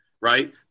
Right